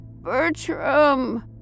Bertram